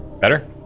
Better